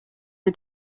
are